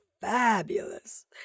fabulous